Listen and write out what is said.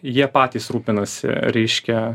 jie patys rūpinasi reiškia